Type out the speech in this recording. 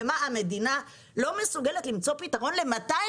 המדינה לא מסוגלת למצוא פתרון ל-250